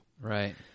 Right